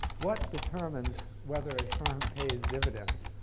what determines whether a firm pays dividends?